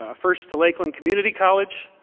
ah first to lakeland community college,